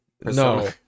No